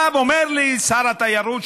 עכשיו אומר לי שר התיירות,